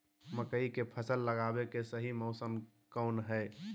मकई के फसल लगावे के सही मौसम कौन हाय?